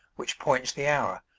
which points the hour,